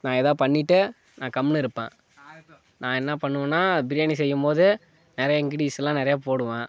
நான் எதாவது பண்ணிட்டு நான் கம்முன்னு இருப்பேன் நான் என்ன பண்ணுவேன்னா பிரியாணி செய்யும்போது நிறையா இன்கிரிடின்யசுலாம் நிறையா போடுவேன்